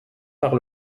par